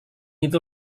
itu